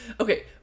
Okay